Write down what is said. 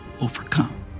overcome